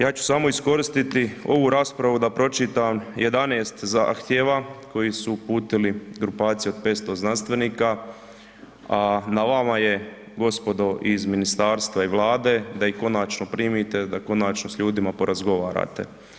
Ja ću samo iskoristiti ovu raspravu da pročitan 11 zahtjeva koji su uputili grupacija od 500 znanstvenika, a na vama je gospodo iz ministarstva i Vlade da ih konačno primite, da konačno s ljudima porazgovarate.